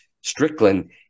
Strickland